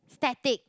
static